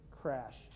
crash